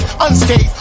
unscathed